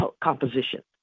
composition